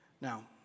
Now